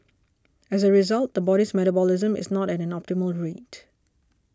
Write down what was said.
as a result the body's metabolism is not at an optimal rate